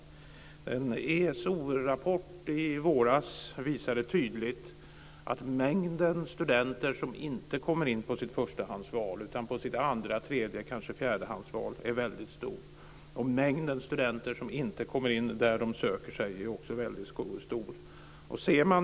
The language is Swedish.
En ESO-rapport i våras visade tydligt att mängden studenter som inte kommer in på sitt förstahandsval utan på sitt andra-, tredje eller kanske fjärdehandsval är väldigt stor. Mängden studenter som inte kommer in där de söker är också väldigt stor.